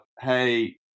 hey